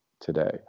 today